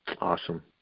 awesome